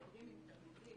מדברים עם תלמידים,